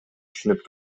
түшүнүп